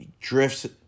drifts